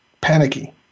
panicky